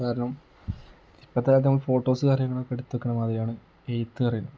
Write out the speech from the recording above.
കാരണം ഇപ്പോഴത്തെ കാലത്ത് ഫോട്ടോസ് കാര്യങ്ങളൊക്കെ എടുത്തു വെക്കുന്ന മാതിരിയാണ് എഴുത്ത് പറയുന്നത്